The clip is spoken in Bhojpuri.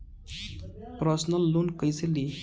परसनल लोन कैसे ली?